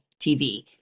TV